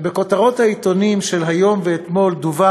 בכותרות העיתונים של היום ואתמול דווח